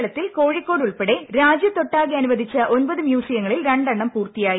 കേരളത്തിൽ കോഴിക്കോട് ഉൾപ്പെടെ രാജ്യത്തൊട്ടാകെ അനുവദിച്ച ഒൻപത് മ്യൂസിയങ്ങളിൽ രണ്ടെണ്ണം പൂർത്തിയായി